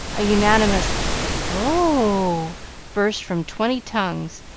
a unanimous o burst from twenty tongues,